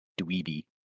dweeby